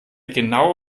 genau